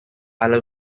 hala